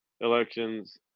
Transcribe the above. elections